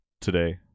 today